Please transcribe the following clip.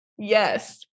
yes